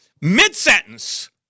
Mid-sentence